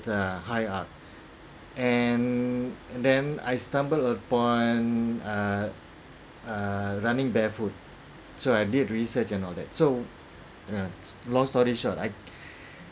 the high arc and then I stumble upon running err err barefoot so I did research and all that so long story short I